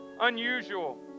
unusual